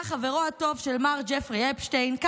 היה חברו הטוב של מר ג'פרי אפשטיין.